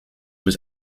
was